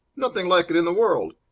nothing like it in the world!